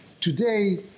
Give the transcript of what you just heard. today